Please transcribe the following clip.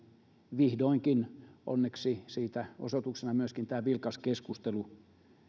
vihdoinkin onneksi siitä osoituksena myöskin tämä vilkas keskustelu